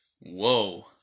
Whoa